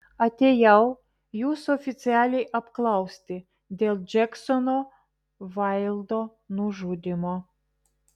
atėjau jūsų oficialiai apklausti dėl džeksono vaildo nužudymo